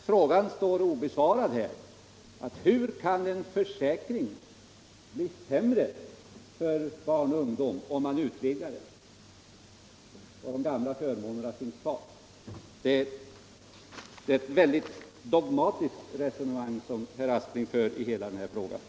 Frågan står obesvarad: Hur kan en försäkring bli sämre för barn och ungdom om man utvidgar den och de gamla förmånerna finns kvar? Der är ett väldigt dogmatiskt resonemang herr Aspling för i hela det här ärendet.